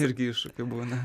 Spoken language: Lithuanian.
irgi iššūkių būna